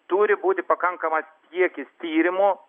turi būti pakankamas kiekis tyrimų